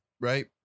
right